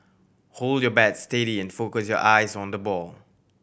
hold your bat steady and focus your eyes on the ball